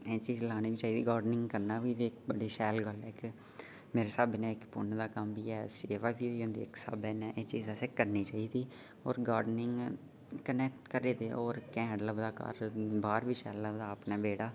एह् चीज लानी बी चाहिदी गार्डनिंग करना बी बड़ी शैल गल्ल ऐ इक मेरे स्हाबै इक पुन्न दा कम्म बी ऐ सेवा बी होई जंदी इक स्हाबे नै एह् चीज असें करनी चाहिदी होर गार्डनिंग कन्नै घरै दे होर घैंट लगदा घर बाह्र बी शैल लगदा अपना बेड़ा